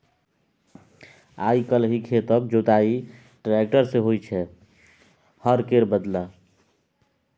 आइ काल्हि खेतक जोताई टेक्टर सँ होइ छै हर केर बदला